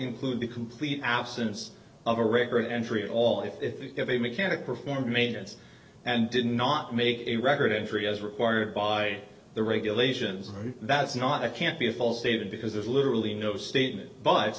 include the complete absence of a record entry at all if you have a mechanic performed maintenance and did not make a record entry as required by the regulations and that's not it can't be a false statement because there's literally no statement b